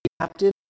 captive